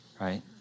right